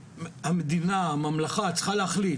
המדינה, הממלכה, צריכה להחליט: